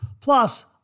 Plus